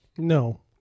No